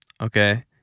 Okay